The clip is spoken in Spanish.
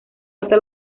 hasta